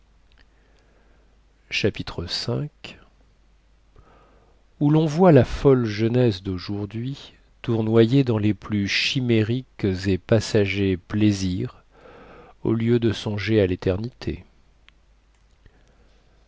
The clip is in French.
chapitre v où lon voit la folle jeunesse daujourdhui tournoyer dans les plus chimériques et passagers plaisirs au lieu de songer à léternité